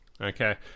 Okay